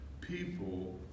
people